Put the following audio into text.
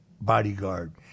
bodyguard